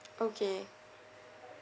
okay